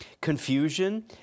confusion